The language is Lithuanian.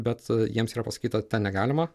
bet jiems yra pasakyta ten negalima